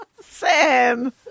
Sam